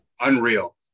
unreal